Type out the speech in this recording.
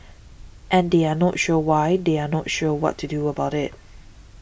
and they are not sure why they are not sure what to do about it